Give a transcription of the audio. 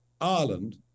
Ireland